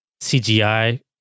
CGI